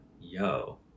yo